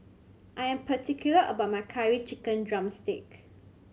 I am particular about my Curry Chicken drumstick